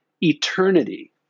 eternity